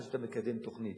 עד שאתה מקדם תוכנית.